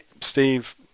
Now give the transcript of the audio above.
steve